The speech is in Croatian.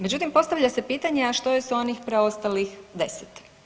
Međutim, postavlja se pitanje, a što je s onih preostalih 10?